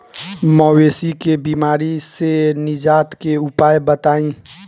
मवेशी के बिमारी से निजात के उपाय बताई?